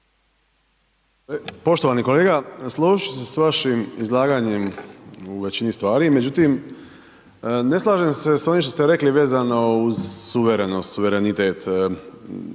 Poštovani kolega, složit ću se sa vašim izlaganjem u većini stvari, međutim ne slažem se sa onim što ste rekli vezano uz suverenost, suverenitet.